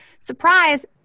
surprise